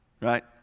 right